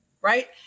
right